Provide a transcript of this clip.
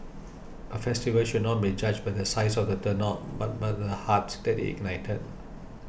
a festival should not be judged by the size of the turnout but by the hearts that it ignited